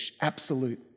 absolute